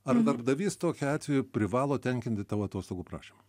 ar darbdavys tokiu atveju privalo tenkinti tavo atostogų prašymą